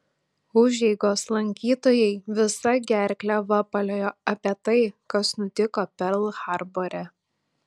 užeigos lankytojai visa gerkle vapaliojo apie tai kas nutiko perl harbore